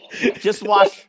justwatch